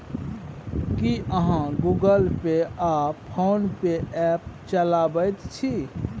की अहाँ Google pay आ PhonePe app चलाबैत छी?